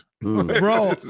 bro